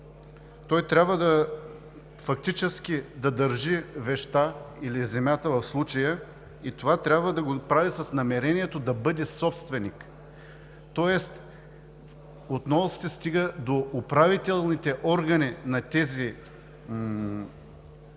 той трябва фактически да държи вещта или земята, в случая, и това трябва да го прави с намерението да бъде собственик, тоест отново се стига до управителните органи на тези – в случая